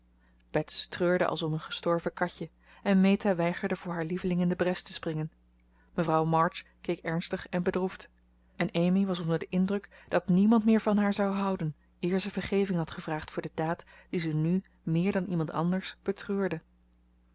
treurde als om een gestorven katje en meta weigerde voor haar lieveling in de bres te springen mevrouw march keek ernstig en bedroefd en amy was onder den indruk dat niemand meer van haar zou houden eer ze vergeving had gevraagd voor de daad die ze nu meer dan iemand anders betreurde